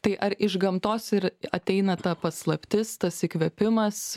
tai ar iš gamtos ir ateina ta paslaptis tas įkvėpimas